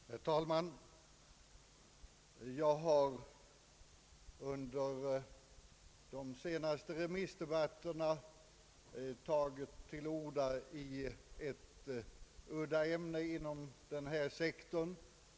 Herr talman! Jag har under de senaste remissdebatterna tagit till orda i ett udda ämne inom arbetsmarknadssektorn.